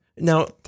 Now